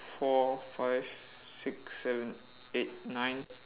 four five six seven eight nine